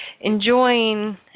enjoying